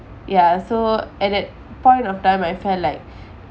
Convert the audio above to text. ya so at that point of time I felt like